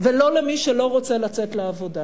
ולא למי שלא רוצה לצאת לעבודה.